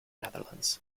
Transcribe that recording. netherlands